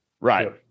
Right